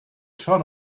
turn